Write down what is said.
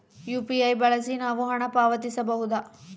UPI ಬಳಸಿ ನಾವು ಹಣ ಪಾವತಿಸಬಹುದಾ?